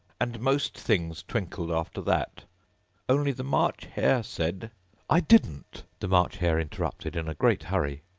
and most things twinkled after that only the march hare said i didn't the march hare interrupted in a great hurry.